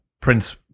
Prince